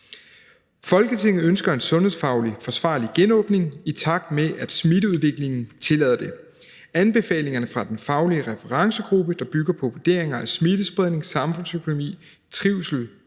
»Folketinget ønsker en sundhedsfaglig forsvarlig genåbning, i takt med at smitteudviklingen tillader det. Anbefalingerne fra Den Faglige Referencegruppe, der bygger på vurderinger af smittespredning, samfundsøkonomi, trivsel